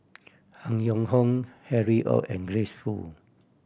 Han Yong Hong Harry Ord and Grace Fu